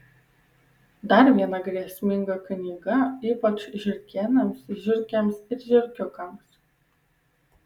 dar viena grėsminga knyga ypač žiurkėnams žiurkėms ir žiurkiukams